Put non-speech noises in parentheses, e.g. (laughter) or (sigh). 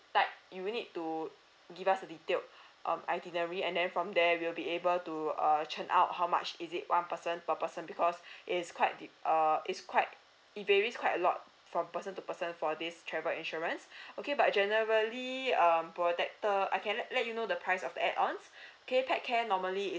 like you will need to give us a detailed um itinerary and then from there we'll be able to uh churn out how much is it one person per person because it's quite di~ err it's quite it varies quite a lot from person to person for this travel insurance (breath) okay but generally um protector I can let let you know the price of add ons okay pet care normally is